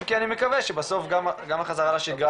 אם כי אני מקווה שבסוף גם החזרה לשגרה